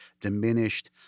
diminished